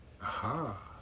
Aha